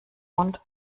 hund